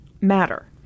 matter